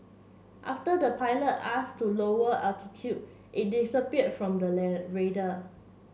after the pilot asked to lower altitude it disappeared from the radar